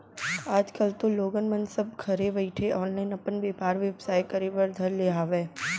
आज कल तो लोगन मन सब घरे बइठे ऑनलाईन अपन बेपार बेवसाय करे बर धर ले हावय